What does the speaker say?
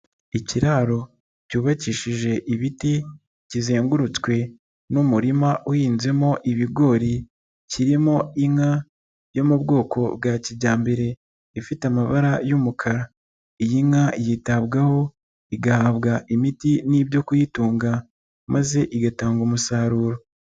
Ikiraro cyubakishije ibiti, kizengurutswe n'umurima uhinzemo ibigori, kirimo inka yo mu bwoko bwa kijyambere, ifite amabara y'umukara. Iyi nka yitabwaho, igahabwa imiti n'ibyo kuyitunga maze igatanga umusaruro.